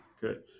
Good